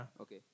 Okay